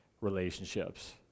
relationships